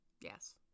Yes